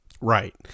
Right